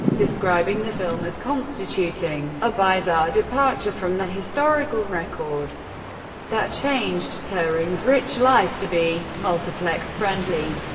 describing the film as constituting a bizarre departure from the historical record that changed turing's rich life to be multiplex-friendly.